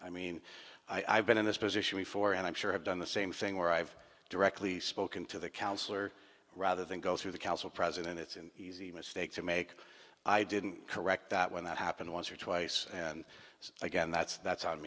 i mean i've been in this position before and i'm sure have done the same thing where i've directly spoken to the counselor rather than go through the council president it's an easy mistake to make i didn't correct that when that happened once or twice and again that's that's on